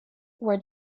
were